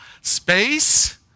space